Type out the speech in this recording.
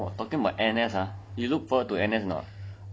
talking about N_S ah you look forward for N_S or not ah